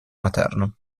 materno